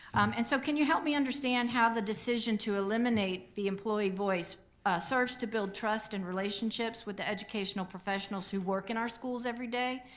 and so, can you help me understand how the decision to eliminate the employee voice starts to build trust and relationships with the educational professionals who work in our schools every day?